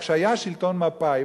כשהיה שלטון מפא"י,